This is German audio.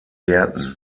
gärten